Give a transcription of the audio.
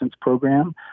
program